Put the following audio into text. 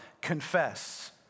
Confess